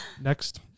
next